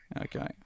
okay